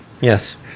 Yes